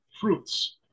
fruits